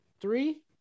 three